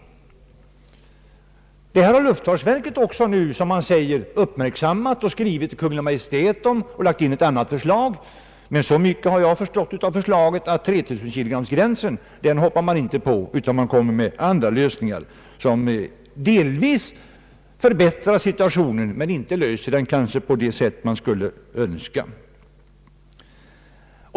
Detta har också luftfartsverket uppmärksammat, som det säger, och skrivit till Kungl. Maj:t ket har jag emellertid förstått av detta förslag att 3000 kg-gränsen ger sig luftfartsverket inte på, utan det kommer med andra lösningar, som visserligen delvis förbättrar situationen men inte löser den på det sätt man skulle önska.